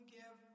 give